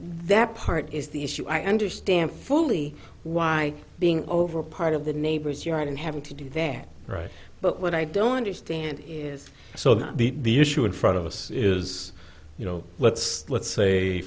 that part is the issue i understand fully why being over part of the neighbor's yard and having to do that right but what i don't understand is so that the issue in front of us is you know let's let's say